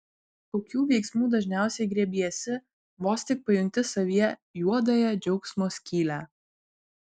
kokių veiksmų dažniausiai griebiesi vos tik pajunti savyje juodąją džiaugsmo skylę